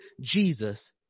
Jesus